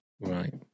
Right